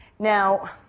Now